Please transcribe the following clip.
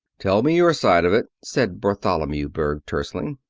tell me your side of it, said bartholomew berg tersely.